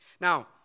Now